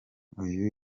uyu